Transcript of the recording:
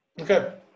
Okay